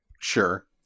Sure